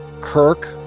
kirk